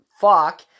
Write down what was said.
fuck